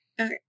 Okay